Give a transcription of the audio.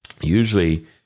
usually